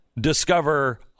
discover